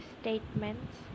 statements